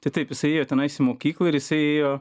tai taip jisai ėjo tenais į mokyklą ir jisai ėjo